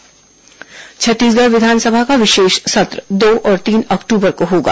विधानसभा विशेष सत्र छत्तीसगढ़ विधानसभा का विशेष सत्र दो और तीन अक्टूबर को होगा